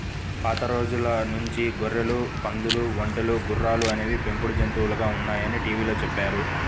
పాత రోజుల నుంచి గొర్రెలు, పందులు, ఒంటెలు, గుర్రాలు అనేవి పెంపుడు జంతువులుగా ఉన్నాయని టీవీలో చెప్పారు